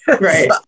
right